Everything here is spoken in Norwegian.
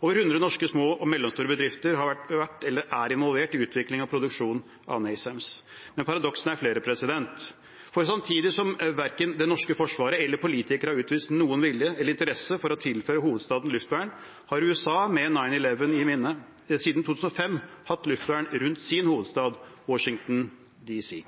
Over 100 norske små og mellomstore bedrifter har vært eller er involvert i utviklingen av produksjonen av NASAMS. Men paradoksene er flere. For samtidig som verken det norske forsvaret eller politikere har utvist noen vilje til eller interesse for å tilføre hovedstaden luftvern, har USA, med 9/11 i minne, siden 2005 hatt luftvern rundt sin hovedstad, Washington, D.C.